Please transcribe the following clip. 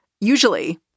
Usually